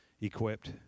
equipped